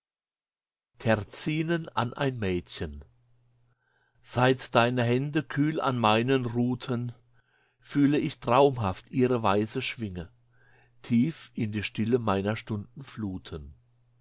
seit deine hände kühl an meinen ruhten fühle ich traumhaft ihre weiße schwinge tief in die stille meiner stunden fluten